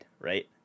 right